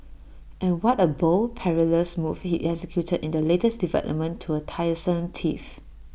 and what A bold perilous move he executed in the latest development to A tiresome tiff